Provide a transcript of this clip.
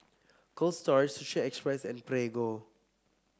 Cold Storage Sushi Express and Prego